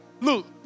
Look